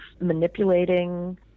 manipulating